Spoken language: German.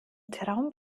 traum